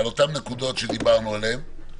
דיברנו על זה.